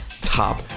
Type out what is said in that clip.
top